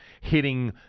hitting